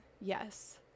yes